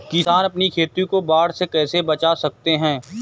किसान अपनी खेती को बाढ़ से कैसे बचा सकते हैं?